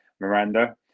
Miranda